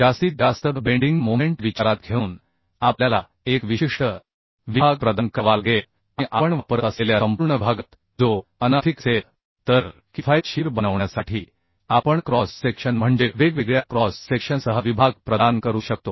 जास्तीत जास्त वाकण्याचा मोमेंट विचारात घेऊन आपल्याला एक विशिष्ट विभाग प्रदान करावा लागेल आणि आपण वापरत असलेल्या संपूर्ण विभागात जो अनार्थिक असेल तर किफायतशीर बनवण्यासाठी आपण क्रॉस सेक्शन म्हणजे वेगवेगळ्या क्रॉस सेक्शनसह विभाग प्रदान करू शकतो